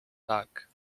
tak